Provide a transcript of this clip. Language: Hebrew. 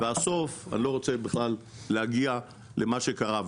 והסוף, אני לא רוצה להגיע למה שקרה.